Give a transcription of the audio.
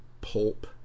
Pulp